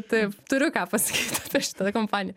taip turiu ką pasakyt apie šitą kompaniją